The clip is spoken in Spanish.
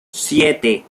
siete